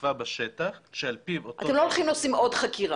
שנקבע בשטח שעל פיו אותו --- אתם לא הולכים ועושים עוד חקירה?